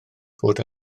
bod